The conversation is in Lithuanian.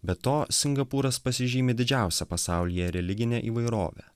be to singapūras pasižymi didžiausia pasaulyje religine įvairove